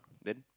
then